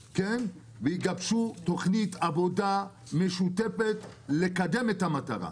ויגבשו תוכנית עבודה משותפת כדי לקדם את המטרה.